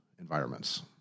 environments